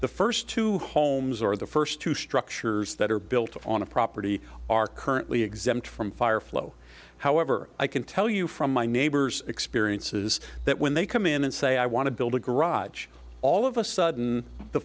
the first two homes or the first two structures that are built on a property are currently exempt from fire flow however i can tell you from my neighbor's experiences that when they come in and say i want to build a garage all of a sudden the